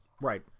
Right